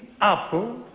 apple